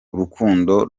urukundo